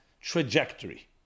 trajectory